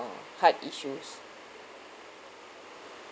heart issues